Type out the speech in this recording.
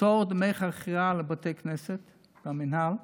לפטור מדמי חכירה לבתי כנסת עם המינהל,